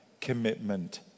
commitment